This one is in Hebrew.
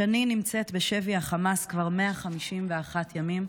שני נמצאת בשבי החמאס כבר 151 ימים,